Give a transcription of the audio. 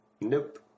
Nope